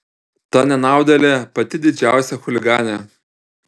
ta nenaudėlė pati didžiausia chuliganė